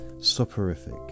Soporific